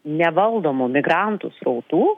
nevaldomų migrantų srautų